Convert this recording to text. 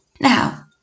Now